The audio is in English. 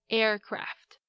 aircraft 。